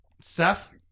Seth